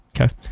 Okay